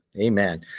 Amen